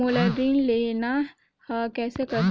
मोला ऋण लेना ह, कइसे करहुँ?